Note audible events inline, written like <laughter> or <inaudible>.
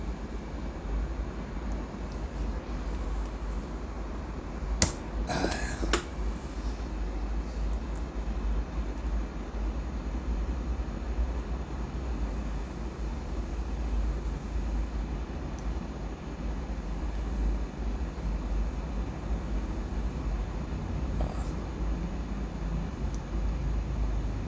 <noise> orh